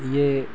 यह